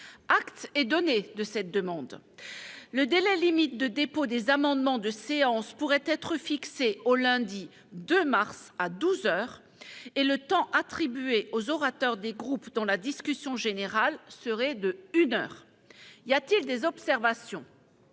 Acte est donné de cette demande. Le délai limite de dépôt des amendements de séance pourrait être fixé au lundi 2 mars, à midi, et le temps attribué aux orateurs des groupes dans la discussion générale serait d'une heure. Y a-t-il des observations ?